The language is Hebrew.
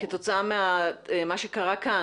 כתוצאה ממה קרה כאן,